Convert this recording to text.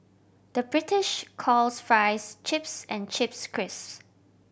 the British calls fries chips and chips crisps